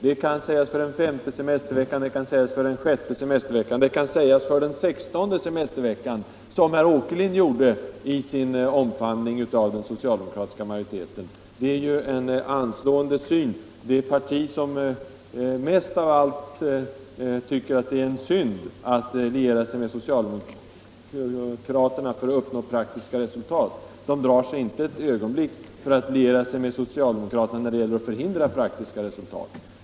Det kan sägas om både den femte och den sjätte semesterveckan - ja, också om den sextonde semesterveckan, som herr Åkerlind gjorde i sin omfamning av den socialdemokratiska majoriteten. Det var ju en anslående syn. Det parti som tycker att det är en synd att liera sig med socialdemokraterna för att uppnå praktiska resultat drar sig inte ett ögonblick för att liera sig med socialdemokraterna när det gäller att förhindra praktiska resultat.